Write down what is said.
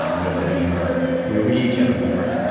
um we have a beamer. we we each have a beamer,